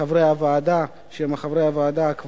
לחברי הוועדה הקבועים,